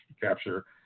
capture